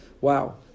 Wow